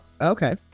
okay